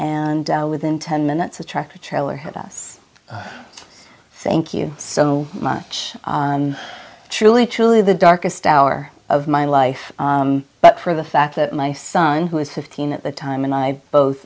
and within ten minutes the tractor trailer had us thank you so much truly truly the darkest hour of my life but for the fact that my son who is fifteen at the time and i both